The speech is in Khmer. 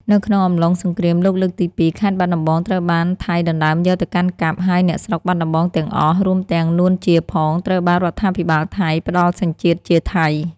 នៅក្នុងអំឡុងសង្រ្គាមលោកលើកទី២ ខេត្តបាត់ដំបង ត្រូវបានថៃដណ្តើមយកទៅកាន់កាប់ ហើយអ្នកស្រុកបាត់ដំបងទាំងអស់ រួមទាំង នួន ជាផង ត្រូវបានរដ្ឋាភិបាលថៃ ផ្តល់សញ្ជាតិជាថៃ។